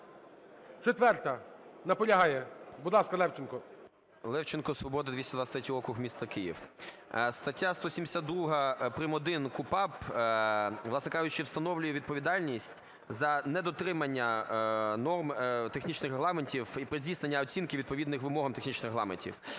4-а. Наполягає. Будь ласка, Левченко. 17:24:17 ЛЕВЧЕНКО Ю.В. Левченко, "Свобода", 223 округ, місто Київ. Стаття 172 прим.1 КУпАП, власне кажучи, встановлює відповідальність за недотримання норм технічних регламентів при здійсненні оцінки відповідних вимогам технічних регламентів.